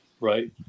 Right